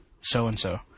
so-and-so